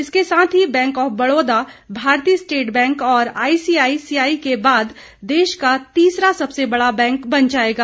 इसके साथ ही बैंक ऑफ बड़ौदा भारतीय स्टेट बैंक और आईसीआईसीआई के बाद देश का तीसरा सबसे बड़ा बैंक बन जाएगा